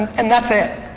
and that's it.